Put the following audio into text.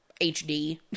HD